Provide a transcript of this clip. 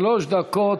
שלוש דקות.